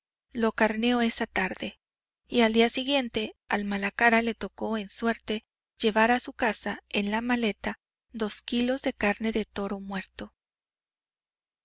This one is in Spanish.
era posible lo carneó esa tarde y al día siguiente al malacara le tocó en suerte llevar a su casa en la maleta dos kilos de carne del toro muerto